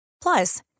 Plus